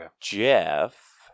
Jeff